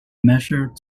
measure